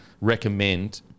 recommend –